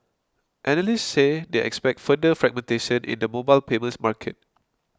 analysts said they expect further fragmentation in the mobile payments market